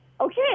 okay